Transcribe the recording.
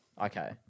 Okay